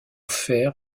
fer